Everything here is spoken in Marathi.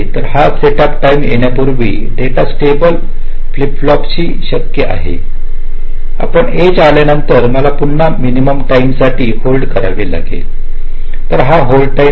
हा सेटअप टाईम येण्यापूर्वी डेटा स्टेबल फ्लिप फ्लॉप जी शक्य आहे आपण एज आल्यानंतर मला पुन्हा मिनिमम टाईम साठी होल्ड करावे लागेल हा होल्ड टाईम आहे